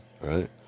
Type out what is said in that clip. right